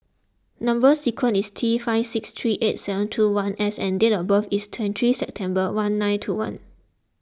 Number Sequence is T five six three eight seven two one S and date of birth is twenty three September one nine two one